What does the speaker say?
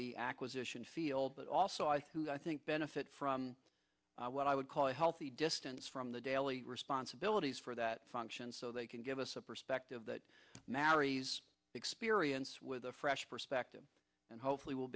the acquisition field but also i who i think benefit from what i would call a healthy distance from the daily responsibilities for that function so they can give us a perspective that marries experience with a fresh perspective and hopefully w